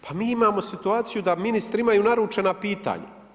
Pa imamo situaciju da ministri imaju naručena pitanja.